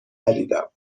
ندیدم